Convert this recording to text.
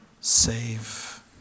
save